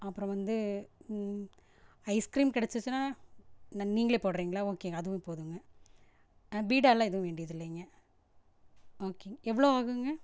அப்புறம் வந்து ஐஸ்கிரீம் கிடச்சுச்சுனா நன் நீங்களே போடறீங்களா ஓகேங்க அதுவும் போதுங்க பீடாவெல்லாம் எதுவும் வேண்டியதில்லங்க ஓகே எவ்வளோ ஆகுங்க